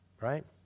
Right